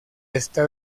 está